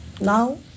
now